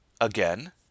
Again